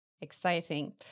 Exciting